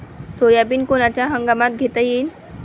Soybean कोनच्या हंगामात घेता येईन?